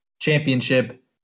championship